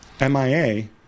MIA